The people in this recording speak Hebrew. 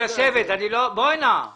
תודה רבה לטמיר מנהל הוועדה,